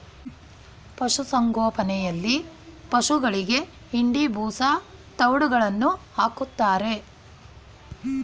ಪಶುಸಂಗೋಪನೆಯಲ್ಲಿ ಪಶುಗಳಿಗೆ ಹಿಂಡಿ, ಬೂಸಾ, ತವ್ಡುಗಳನ್ನು ಹಾಕ್ತಾರೆ